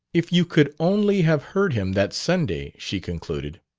if you could only have heard him that sunday! she concluded.